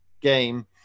game